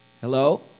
Hello